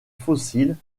fossile